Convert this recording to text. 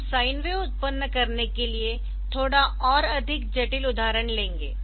हम sine wave उत्पन्न करने के लिए थोड़ा और अधिक जटिल उदाहरण लेंगे